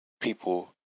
people